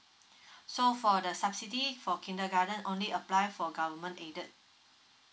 so for the subsidy for kindergarten only apply for government aided